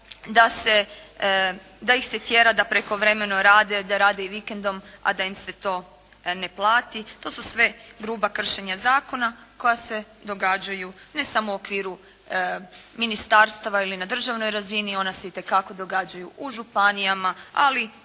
da ih se tjera da prekovremeno rade, da rade i vikendom a da im se to ne plati. To su sve gruba kršenja zakona koja se događaju ne samo u okviru ministarstava ili na državnoj razini, ona se itekako događaju u županijama, ali